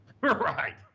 Right